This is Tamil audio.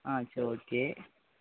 ஆ சரி ஓகே